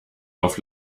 auf